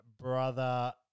brother